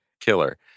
killer